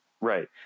right